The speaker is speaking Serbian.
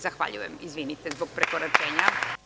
Zahvaljujem i izvinite zbog prekoračenja.